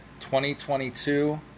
2022